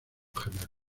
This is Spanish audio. gemelos